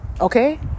Okay